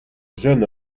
jeune